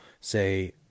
say